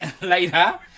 later